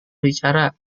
bicara